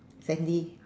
sandy